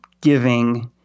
giving